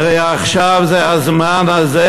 והרי עכשיו זה הזמן הזה,